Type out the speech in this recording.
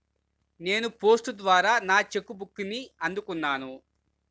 నేను పోస్ట్ ద్వారా నా చెక్ బుక్ని అందుకున్నాను